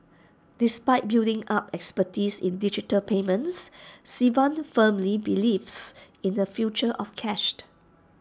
despite building up expertise in digital payments Sivan firmly believes in the future of cashed